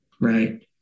right